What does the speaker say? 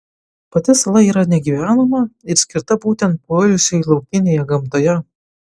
pati sala yra negyvenama ir skirta būtent poilsiui laukinėje gamtoje